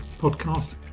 podcast